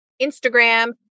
Instagram